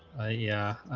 yeah